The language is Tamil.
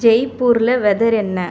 ஜெய்ப்பூரில் வெதர் என்ன